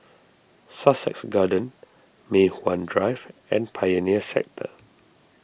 Sussex Garden Mei Hwan Drive and Pioneer Sector